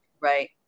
Right